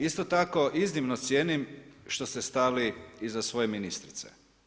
Isto tako iznimno cijenim što ste stali iza svoje ministrice.